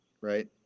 right